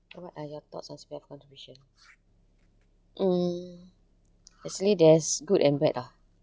what are your thoughts on C_P_F contribution mm actually there's good and bad lah